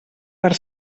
per